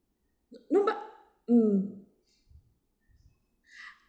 no but mm